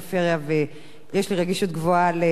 ויש לי רגישות גבוהה לבעלי-חיים,